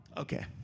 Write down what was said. Okay